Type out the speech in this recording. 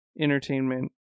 entertainment